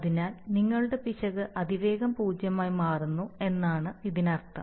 അതിനാൽ നിങ്ങളുടെ പിശക് അതിവേഗം പൂജ്യമായി മാറുന്നു എന്നാണ് ഇതിനർത്ഥം